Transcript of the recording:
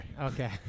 Okay